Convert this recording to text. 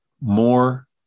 more